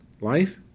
life